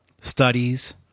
studies